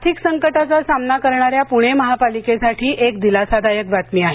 आर्थिक संकटाचा सामना करणाऱ्या पुणे महापालिकेसाठी एक दिलासादायक बातमी आहे